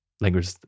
language